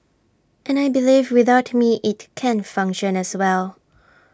and I believe without me IT can function as well